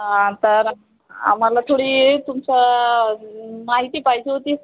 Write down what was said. तर आम्हाला थोडी तुमचं माहिती पाहिजे होती